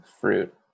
fruit